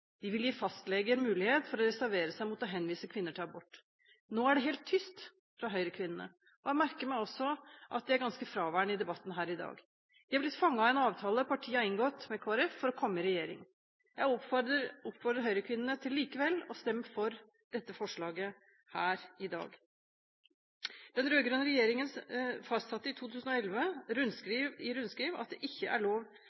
De vil gi fastleger mulighet for å reservere seg mot å henvise kvinner til abort. Nå er det helt tyst fra Høyre-kvinnene. Jeg merker meg også at de er ganske fraværende i debatten her i dag. De er blitt fanget av en avtale partiet har inngått med Kristelig Folkeparti for å komme i regjering. Jeg oppfordrer Høyre-kvinnene til likevel å stemme for dette forslaget her i dag. Den rød-grønne regjeringen fastsatte i 2011 i rundskriv at det ikke er lov